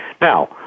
Now